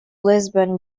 lisbon